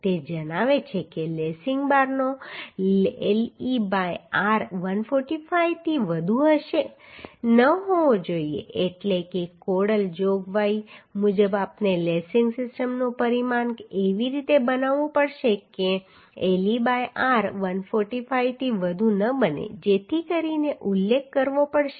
તે જણાવે છે કે લેસિંગ બારનો le by r 145 થી વધુ ન હોવો જોઈએ એટલે કે કોડલ જોગવાઈ મુજબ આપણે લેસિંગ સિસ્ટમનું પરિમાણ એવી રીતે બનાવવું પડશે કે le by r 145 થી વધુ ન બને જેથી કરીને ઉલ્લેખ કરવો પડશે